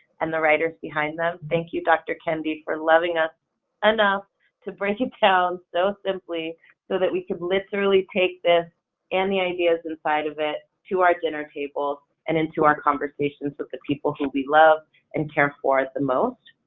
and the writers behind them. thank you dr. kendi for loving us enough ah to break it down so simply so that we could literally take this and the ideas inside of it to our dinner table and into our conversations with the people who we love and care for the most.